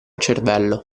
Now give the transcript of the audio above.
cervello